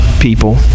people